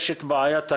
יש את בעיית הגבייה.